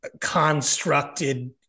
constructed